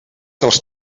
dels